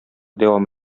дәвам